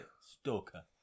Stalker